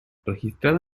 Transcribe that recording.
registrada